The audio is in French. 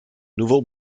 nouveau